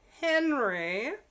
Henry